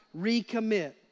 recommit